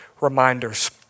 reminders